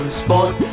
sport